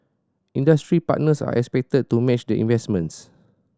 industry partners are expected to match the investments